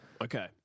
Okay